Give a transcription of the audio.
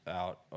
out